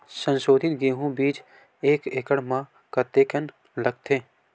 संसोधित गेहूं बीज एक एकड़ म कतेकन लगथे?